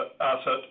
asset